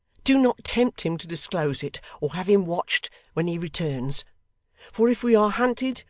do not tempt him to disclose it or have him watched when he returns for if we are hunted,